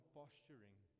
posturing